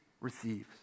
receives